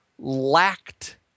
lacked